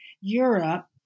Europe